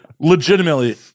legitimately